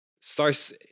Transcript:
starts